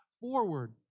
forward